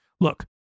Look